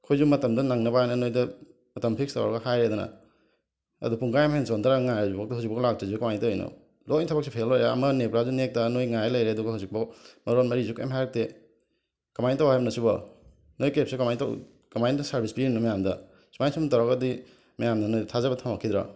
ꯑꯩꯈꯣꯏꯁꯨ ꯃꯇꯝꯗꯣ ꯅꯪꯅꯕꯅ ꯅꯣꯏꯗ ꯃꯇꯝ ꯐꯤꯛꯁ ꯇꯧꯔꯒ ꯍꯥꯏꯔꯦꯗꯅ ꯑꯗ ꯄꯨꯡꯈꯥꯏ ꯑꯃ ꯍꯦꯟꯅ ꯆꯣꯟꯊꯔꯒ ꯉꯥꯏꯔꯁꯤꯐꯥꯎꯗ ꯍꯧꯖꯤꯛꯐꯥꯎ ꯂꯥꯛꯇ꯭ꯔꯤꯁꯦ ꯀꯃꯥꯏꯅ ꯇꯧꯔꯤꯅꯣ ꯂꯣꯏꯅ ꯊꯕꯛꯁꯦ ꯐꯦꯜ ꯑꯣꯏꯔꯦ ꯑꯃ ꯅꯦꯛꯄ꯭ꯔꯁꯨ ꯅꯦꯛꯇ ꯅꯣꯏ ꯉꯥꯏ ꯂꯩꯔꯦ ꯑꯗꯨꯒ ꯍꯧꯖꯤꯛꯐꯥꯎ ꯃꯔꯣꯟ ꯃꯔꯤꯁꯨ ꯀꯔꯤꯝꯇ ꯍꯥꯏꯔꯛꯇꯦ ꯀꯃꯥꯏꯅ ꯇꯧ ꯍꯥꯏꯕꯅꯣ ꯁꯤꯕꯣ ꯅꯣꯏ ꯀꯦꯞꯁꯦ ꯀꯃꯥꯏꯅ ꯇꯧ ꯀꯃꯥꯏꯅ ꯁꯔꯕꯤꯁ ꯄꯤꯔꯤꯅꯣ ꯃꯌꯥꯝꯗ ꯁꯨꯃꯥꯏꯅꯁꯨꯝ ꯇꯧꯔꯒꯗꯤ ꯃꯌꯥꯝꯅ ꯅꯣꯏꯗ ꯊꯥꯖꯕ ꯊꯝꯃꯛꯈꯤꯗꯔ